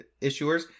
issuers